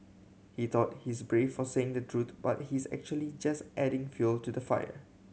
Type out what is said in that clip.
he thought he's brave for saying the truth but he's actually just adding fuel to the fire